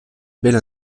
belle